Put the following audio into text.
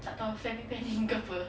tak tahu family planning ke apa